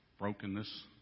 brokenness